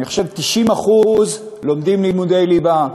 אני חושב ש-90% לומדים לימודי ליבה.